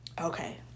Okay